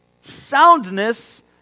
soundness